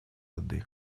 воды